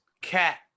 cat